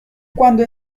cuando